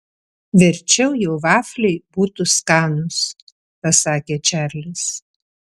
verčiau jau vafliai būtų skanūs pasakė čarlis